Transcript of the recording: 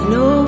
no